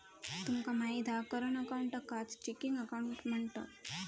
तुमका माहित हा करंट अकाऊंटकाच चेकिंग अकाउंट म्हणतत